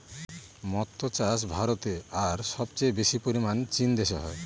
মক্তো চাষ ভারতে আর সবচেয়ে বেশি পরিমানে চীন দেশে হয়